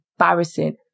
embarrassing